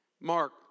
Mark